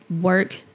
work